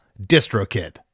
DistroKid